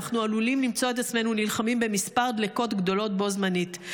אנחנו עלולים למצוא את עצמנו נלחמים בכמה דלקות גדולות בו-זמנית.